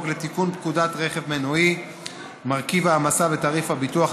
לתיקון פקודת רכב מנועי (מרכיב ההעמסה בתעריף הביטוח),